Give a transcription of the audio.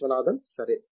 విశ్వనాథన్ సరే